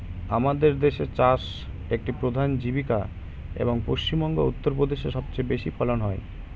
আমাদের দেশে চাষ একটি প্রধান জীবিকা, এবং পশ্চিমবঙ্গ ও উত্তরপ্রদেশে সবচেয়ে বেশি ফলন হয়